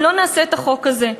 אם לא נעשה את החוק הזה.